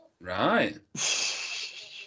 Right